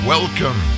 Welcome